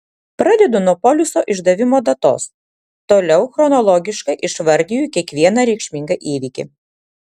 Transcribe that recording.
pradedu nuo poliso išdavimo datos toliau chronologiškai išvardiju kiekvieną reikšmingą įvykį